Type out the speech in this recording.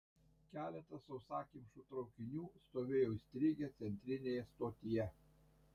keletas sausakimšų traukinių stovėjo įstrigę centrinėje stotyje